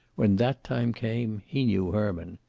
when that time came he knew herman.